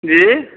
जी